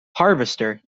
harvester